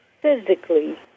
physically